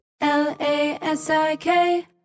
L-A-S-I-K